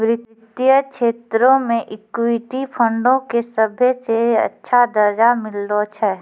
वित्तीय क्षेत्रो मे इक्विटी फंडो के सभ्भे से अच्छा दरजा मिललो छै